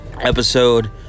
episode